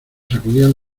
sacudían